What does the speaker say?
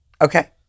Okay